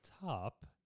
top